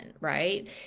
right